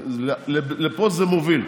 לפה זה מוביל.